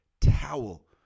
towel